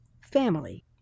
family